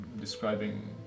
describing